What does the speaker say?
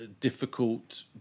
difficult